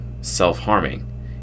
self-harming